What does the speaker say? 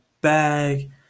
bag